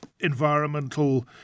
environmental